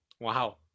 Wow